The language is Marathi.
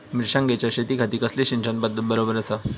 मिर्षागेंच्या शेतीखाती कसली सिंचन पध्दत बरोबर आसा?